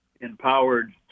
empowered